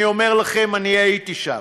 אני אומר לכם, אני הייתי שם.